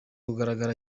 kugaragara